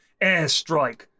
Airstrike